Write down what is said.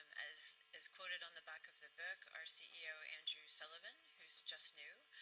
as as quoted on the back of the book, our ceo, andrew sullivan, who is just new,